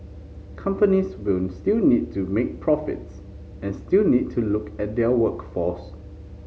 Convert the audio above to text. companies will still need to make profits and still need to look at their workforce